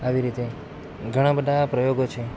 આવી રીતે ઘણાં બધાં પ્રયોગો છે